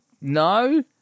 No